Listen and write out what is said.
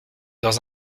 dans